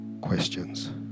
questions